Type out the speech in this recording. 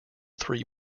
three